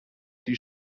die